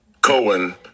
Cohen